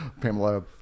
Pamela